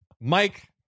Mike